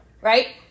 right